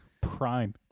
prime